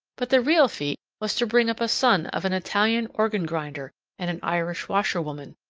but the real feat was to bring up a son of an italian organ-grinder and an irish washerwoman.